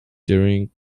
during